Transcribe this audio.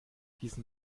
diesen